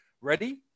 ready